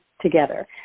together